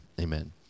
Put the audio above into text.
Amen